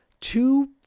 two